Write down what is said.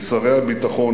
את שרי הביטחון,